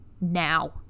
now